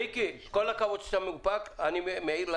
לא יהיו הפרעות.